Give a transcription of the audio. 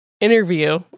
interview